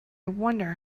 wonder